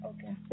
Okay